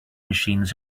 machines